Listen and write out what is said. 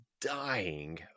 dying